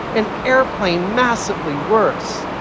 and airplane massively worse,